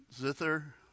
zither